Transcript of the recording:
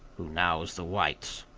who now is the white's.